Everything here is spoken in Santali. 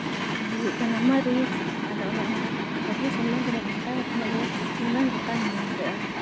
ᱦᱩᱭᱩᱜ ᱠᱟᱱᱟ ᱢᱟᱹᱨᱤᱪ ᱟᱫᱚ ᱚᱱᱮ ᱚᱱᱠᱟ ᱟᱵᱚ ᱥᱚᱢᱟᱡᱽ ᱨᱮ ᱵᱷᱮᱱᱛᱟ ᱠᱟᱛᱷᱟ ᱡᱮ ᱱᱩᱱᱟᱹᱝ ᱜᱚᱴᱟᱝ ᱢᱮᱱᱟᱜᱚᱜᱼᱟ